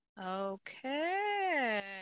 okay